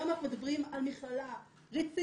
היום אנחנו מדברים על מכללה רצינית,